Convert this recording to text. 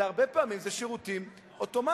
אלא הרבה פעמים זה שירותים אוטומטיים: